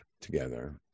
together